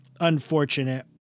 unfortunate